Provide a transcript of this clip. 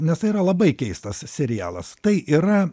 nes tai yra labai keistas serialas tai yra